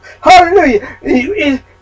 Hallelujah